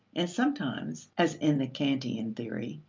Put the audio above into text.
and sometimes, as in the kantian theory,